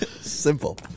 Simple